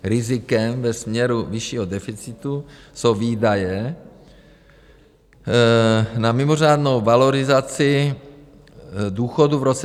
Rizikem ve směru vyššího deficitu jsou výdaje na mimořádnou valorizaci důchodů v roce 2023.